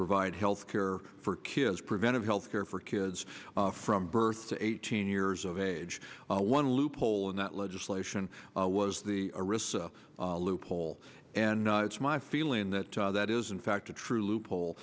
provide health care for kids preventive health care for kids from birth to eighteen years of age one loophole in that legislation was the arista loophole and it's my feeling that that is in fact a true loophole